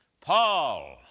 Paul